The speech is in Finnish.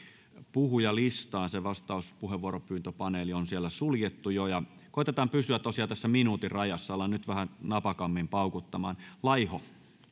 puhujalistaan se vastauspuheenvuoropyyntöpaneeli on siellä suljettu jo koetetaan pysyä tosiaan tässä minuutin rajassa alan nyt vähän napakammin paukuttamaan